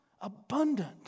abundant